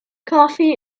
coffee